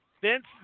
Vince